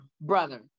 brother